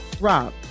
Rob